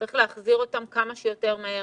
שצריך להחזיר אותם כמה שיותר מהר.